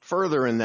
further in